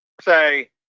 say